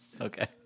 Okay